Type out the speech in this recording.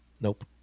nope